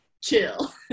chill